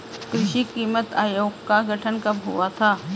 कृषि कीमत आयोग का गठन कब हुआ था?